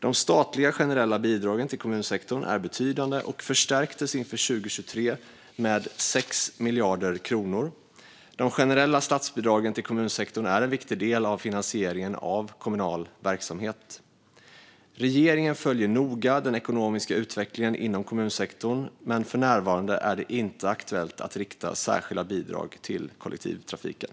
De statliga generella bidragen till kommunsektorn är betydande och förstärktes inför 2023 med 6 miljarder kronor. De generella statsbidragen till kommunsektorn är en viktig del av finansieringen av kommunal verksamhet. Regeringen följer noga den ekonomiska utvecklingen inom kommunsektorn, men för närvarande är det inte aktuellt att rikta särskilda bidrag till kollektivtrafiken.